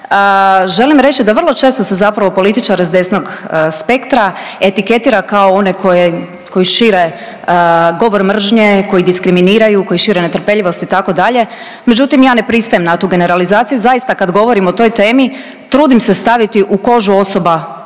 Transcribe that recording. Želim reći da vrlo često se zapravo političare sa desnog spektra etiketira kao one koji šire govor mržnje, koji diskriminiraju, koji šire netrpeljivost itd. Međutim, ja ne pristajem na tu generalizaciju. Zaista kad govorim o toj temi trudim se staviti u kožu osoba